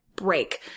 break